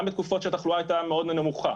גם בתקופות שהתחלואה הייתה מאוד נמוכה.